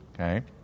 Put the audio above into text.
Okay